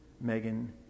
Megan